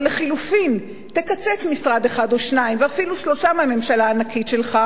או לחלופין תקצץ משרד אחד או שניים ואפילו שלושה מהממשלה הענקית שלך,